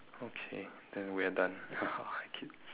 okay then we're done